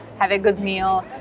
have a good meal.